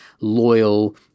loyal